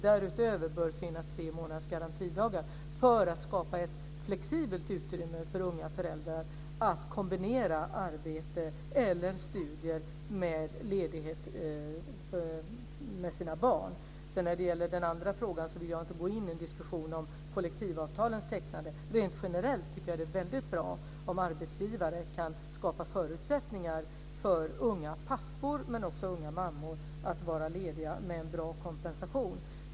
Därutöver bör det finnas tre månaders garantidagar för att skapa ett flexibelt utrymme för unga föräldrar att kombinera arbete eller studier med ledighet med sina barn. När det gäller den andra frågan vill jag inte gå in i en diskussion om kollektivavtalens tecknande. Rent generellt tycker jag att det är bra om arbetsgivare kan skapa förutsättningar för unga pappor men också unga mammor att vara lediga med en bra kompensation.